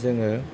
जोङो